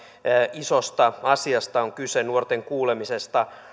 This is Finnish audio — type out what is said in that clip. isosta asiasta on kyse nuorten kuulemisesta